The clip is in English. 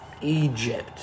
Egypt